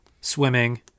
swimming